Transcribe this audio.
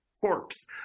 corpse